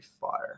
fire